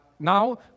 Now